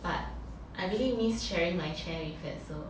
but I really miss sharing my chair with fatso